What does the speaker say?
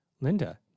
Linda